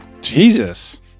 Jesus